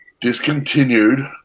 Discontinued